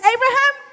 Abraham